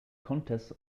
contests